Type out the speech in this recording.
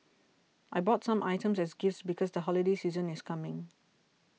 I bought some items as gifts because the holiday season is coming